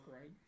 right